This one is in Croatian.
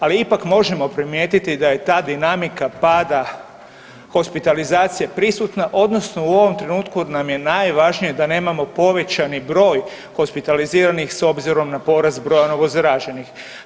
Ali ipak možemo primijetiti da je ta dinamika pada hospitalizacije prisutna odnosno u ovom trenutku nam je najvažnije da nemamo povećani broj hospitaliziranih s obzirom na porast broja novozaraženih.